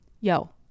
yo